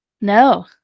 no